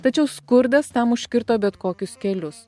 tačiau skurdas tam užkirto bet kokius kelius